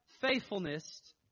faithfulness